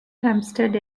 hempstead